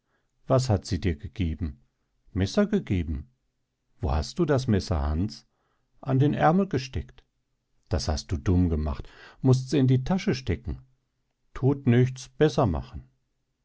was hat sie dir gegeben messer gegeben wo hast du das messer hans an den aermel gesteckt das hast du dumm gemacht mußts in die tasche stecken thut nichts besser machen